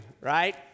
right